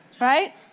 right